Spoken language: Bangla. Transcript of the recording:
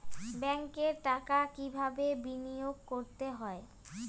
ব্যাংকে টাকা কিভাবে বিনোয়োগ করতে হয়?